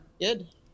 Good